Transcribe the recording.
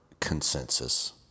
consensus